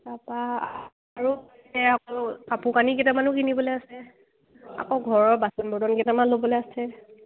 তাৰ পৰা আৰু আকৌ কাপোৰ কানি কেইটামানো কিনিবলৈ আছে আকৌ ঘৰৰ বাচন বৰ্তন কেইটামান ল'বলৈ আছে